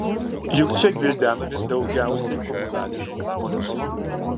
juk čia gvildenami daugiausiai komunaliniai klausimai